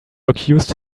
accused